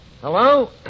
Hello